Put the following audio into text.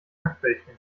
hackbällchen